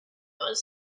was